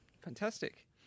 Fantastic